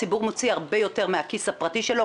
הציבור מוציא הרבה יותר מהכיס הפרטי שלו,